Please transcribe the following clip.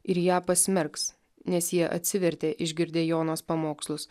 ir ją pasmerks nes jie atsivertė išgirdę jonos pamokslus